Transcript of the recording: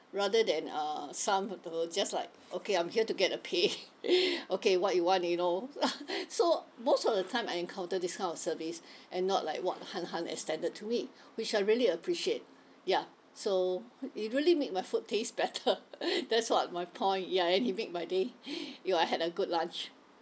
rather than uh some people just like okay I'm here to get a pay okay what you you know so most of the time I encountered this kind of service and not like what han han extended to me which I really appreciate ya so it really made my food taste better that's what my point ya and he made my day ya I had a good lunch